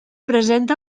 present